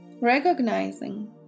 Recognizing